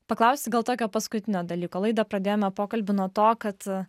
paklausti gal tokio paskutinio dalyko laidą pradėjome pokalbį nuo to kad